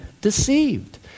Deceived